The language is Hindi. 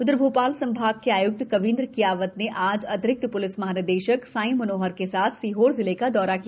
उधरभोपाल संभाग के आयुक्त कवीन्द्र कियावत आज अतिरिक्त पुलिस महानिदेशक साई मनोहर के साथ सीहोर जिले का दौरा किया